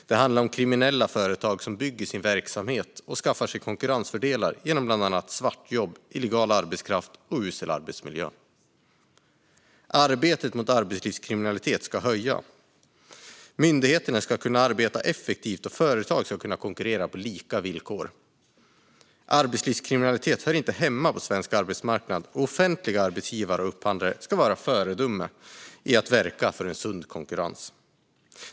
Det handlar om kriminella företag som bygger sin verksamhet och skaffar sig konkurrensfördelar genom bland annat svartjobb, illegal arbetskraft och usel arbetsmiljö. Arbetet mot arbetslivskriminalitet ska öka. Myndigheterna ska kunna arbeta effektivt, och företag ska kunna konkurrera på lika villkor. Arbetslivskriminalitet hör inte hemma på svensk arbetsmarknad, och offentliga arbetsgivare och upphandlare ska vara föredömen när det gäller att verka för en sund konkurrens.